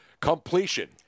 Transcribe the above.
completion